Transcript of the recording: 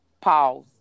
Pause